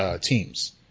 teams